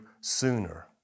sooner